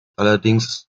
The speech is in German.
allerdings